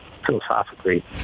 philosophically